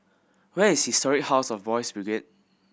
where is Historic House of Boys' Brigade